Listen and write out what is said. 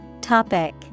Topic